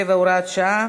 47, הוראת שעה)